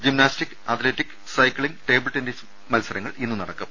gymnastic athletic cycling table tennis മത്സരങ്ങൾ ഇന്ന് നടക്കും